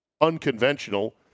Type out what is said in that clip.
unconventional